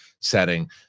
setting